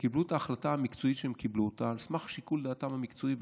והם קיבלו את ההחלטה המקצועית שהם קיבלו על סמך שיקול דעתם המקצועית,